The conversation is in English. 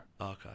Okay